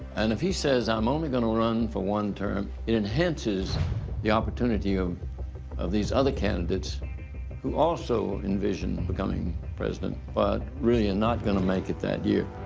and if he says, i'm only gonna run for one term, it enhances the opportunity um of these other candidates who also envision becoming president, but really are and not gonna make it that year.